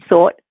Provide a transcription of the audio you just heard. thought